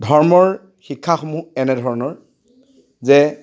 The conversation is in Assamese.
ধৰ্মৰ শিক্ষাসমূহ এনেধৰণৰ যে